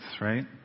right